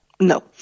No